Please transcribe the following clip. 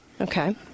Okay